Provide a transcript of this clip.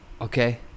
Okay